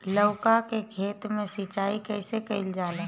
लउका के खेत मे सिचाई कईसे कइल जाला?